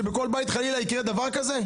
שבכל בית חלילה יקרה דבר כזה?